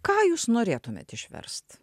ką jūs norėtumėt išverst